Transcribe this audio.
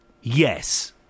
Yes